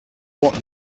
what